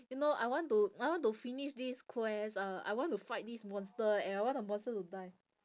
you know I want to I want to finish this quest uh I want to fight this monster and I want the monster to die